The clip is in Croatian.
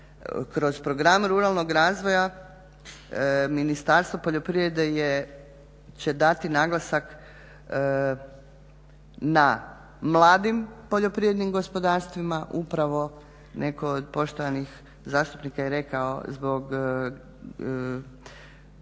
kroz program ruralnog razvoja Ministarstvo poljoprivrede će dati naglasak na mladim poljoprivrednim gospodarstvima upravo netko od poštovanih zastupnika je rekao zbog